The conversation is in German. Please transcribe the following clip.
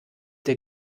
der